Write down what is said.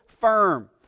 firm